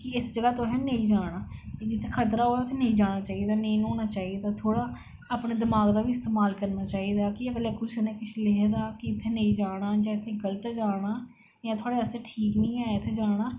कि इस जगह तुसें नेईं जाना जित्थै खत़रा होऐ उत्थै नेईं जाना चाहिदा नेंई न्हौना चाहिदा थोह्ड़ा अपना दिमाग दा बी इस्तेमाल करना चाहिदा कि कुसै ने अगर किश लिखे दा कि इत्थै नेईं जाना ते जां फ्ही गल्त जारना ते थुआढ़े आस्तै ठीक नेईं ऐ इत्थै जाना